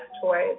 toys